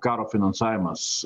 karo finansavimas